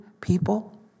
people